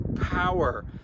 power